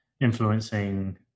influencing